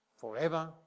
forever